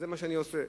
וזה מה שאני עושה.